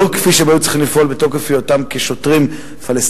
לא כפי שהם היו צריכים לפעול מתוקף היותם שוטרים פלסטינים,